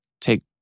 take